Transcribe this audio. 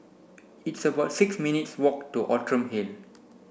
it's about six minutes' walk to Outram Hill